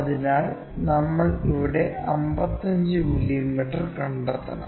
അതിനാൽ നമ്മൾ ഇവിടെ 55 മില്ലീമീറ്റർ കണ്ടെത്തണം